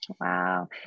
wow